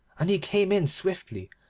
and he came in swiftly,